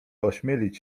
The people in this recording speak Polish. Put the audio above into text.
ośmielić